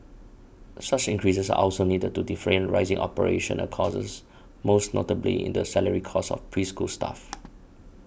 such increases are also needed to defray rising operational costs most notably in the salary costs of preschool staff